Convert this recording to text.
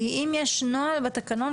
כי אם יש נוהל בתקנון,